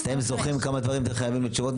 אתם זוכרים בכמה דברים אתם חייבים לי תשובות,